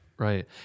Right